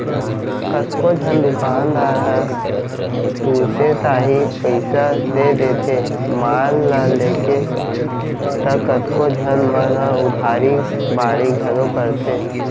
कतको झन दुकानदार ह तुरते ताही पइसा दे देथे माल ल लेके त कतको झन मन ह उधारी बाड़ही घलौ करथे